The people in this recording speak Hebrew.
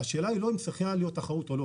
השאלה היא לא אם צריכה להיות תחרות או לא,